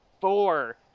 four